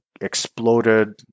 exploded